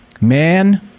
man